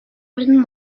wooden